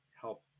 help